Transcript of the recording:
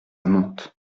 monte